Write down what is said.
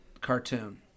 cartoon